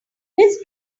his